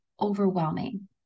overwhelming